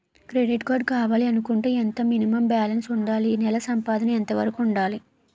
Credit card కావాలి అనుకుంటే ఎంత మినిమం బాలన్స్ వుందాలి? నెల సంపాదన ఎంతవరకు వుండాలి?